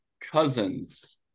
Cousins